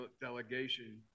delegation